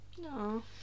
No